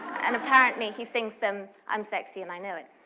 and apparently he sings them, i'm sexy and i know it.